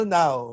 now